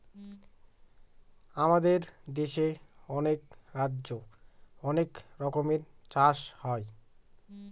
আমাদের দেশে অনেক রাজ্যে অনেক রকমের চাষ হয়